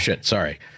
sorry